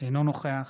אינו נוכח